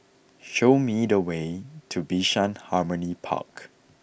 show me the way to Bishan Harmony Park